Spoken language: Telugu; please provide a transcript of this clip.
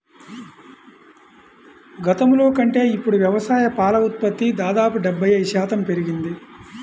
గతంలో కంటే ఇప్పుడు వ్యవసాయ పాల ఉత్పత్తి దాదాపు డెబ్బై ఐదు శాతం పెరిగింది